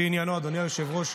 שעניינו -- אדוני היושב-ראש,